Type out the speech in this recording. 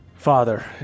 Father